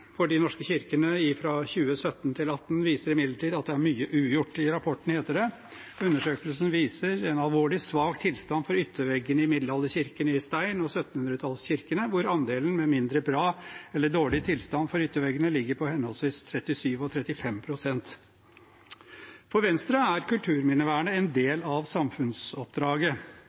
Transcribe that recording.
for de norske kirkene fra 2017 viser imidlertid at det er mye ugjort. I rapporten heter det: «Undersøkelsen viser en alvorlig svak tilstand for yttervegger i middelalderkirkene i stein og 1700-tallskirkene, hvor andelen med mindre bra eller dårlig tilstand for ytterveggene ligger på henholdsvis 37 og 35 pst.» For Venstre er kulturminnevernet en del av samfunnsoppdraget.